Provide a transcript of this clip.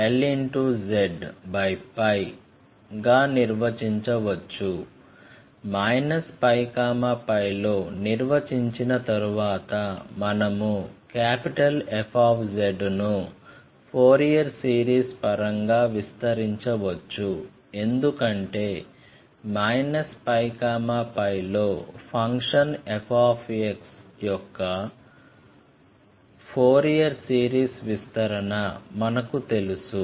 π πలో నిర్వచించిన తర్వాత మనము F ను ఫోరియర్ సిరీస్ పరంగా విస్తరించవచ్చు ఎందుకంటే π πలో ఫంక్షన్ f యొక్క ఫోరియర్ సిరీస్ విస్తరణ మనకు తెలుసు